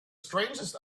strangeness